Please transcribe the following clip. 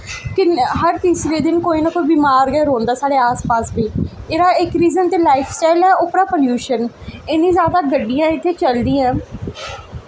हर तीसरे दिन कोई ना कोई बमार गै रौंह्दा साढ़े आस पास बी एह्दे इक रीजन ते लाइफ स्टाइल ऐ ते उप्परा प्लयूशन इन्नी जैदा गड्डियां इत्थै चलदियां